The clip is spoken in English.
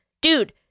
dude